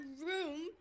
room